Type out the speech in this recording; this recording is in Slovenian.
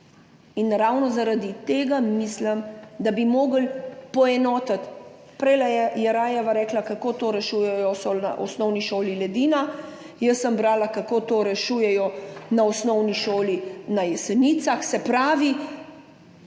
Ravno zaradi tega mislim, da bi morali poenotiti. Prejle je Jerajeva rekla, kako to rešujejo na osnovni šoli Ledina, jaz sem brala, kako to rešujejo na osnovni šoli na Jesenicah. Se pravi,